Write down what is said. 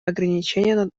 ограничения